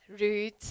rude